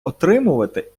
отримувати